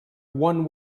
one